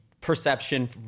perception